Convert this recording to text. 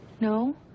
No